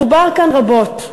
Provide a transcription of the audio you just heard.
דובר כאן רבות,